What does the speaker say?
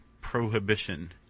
prohibition